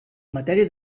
matèria